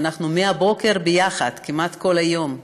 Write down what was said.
ואנחנו מהבוקר ביחד כמעט כל היום,